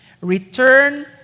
return